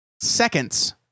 Seconds